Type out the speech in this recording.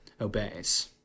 obeys